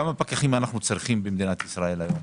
כמה פקחים אנחנו צריכים במדינת ישראל היום?